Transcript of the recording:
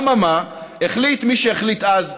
אממה, החליט מי שהחליט אז,